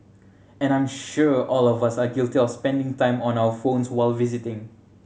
and I'm sure all of us are guilty of spending time on our phones while visiting